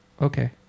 Okay